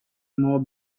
more